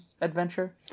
Adventure